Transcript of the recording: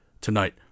Tonight